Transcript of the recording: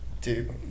dude